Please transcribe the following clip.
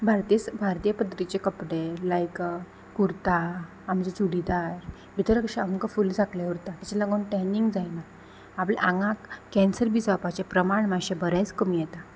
भारतीय स भारतीय पद्दतीचे कपडे लायक कुर्ता आमचे चुडीदार भितर कशें आमकां फूल झाकलें उरता ताका लागून टॅनींग जायना आपल्या आंगाक कॅन्सर बी जावपाचें प्रमाण मातशें बरेंच कमी येता